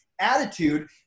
attitude